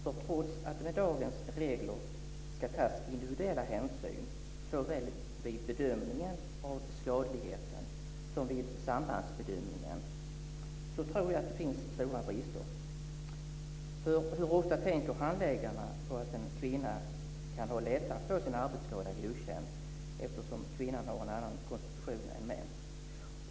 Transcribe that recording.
Trots att det med dagens regler ska tas individuella hänsyn såväl vid bedömningen av skadligheten som vid sambandsbedömningen tror jag att det finns stora brister. Hur ofta tänker handläggarna på att en kvinna kan ha lättare att få sin arbetsskada godkänd eftersom kvinnor har en annan konstitution än män?